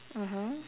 mmhmm